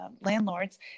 landlords